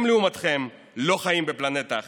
הם, לעומתכם, לא חיים בפלנטה אחרת.